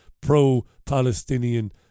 Pro-Palestinian